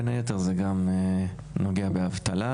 בין היתר זה גם נוגע באבטלה,